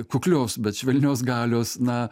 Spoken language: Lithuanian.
kuklios bet švelnios galios na